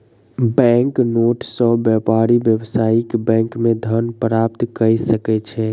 bank note सॅ व्यापारी व्यावसायिक बैंक मे धन प्राप्त कय सकै छै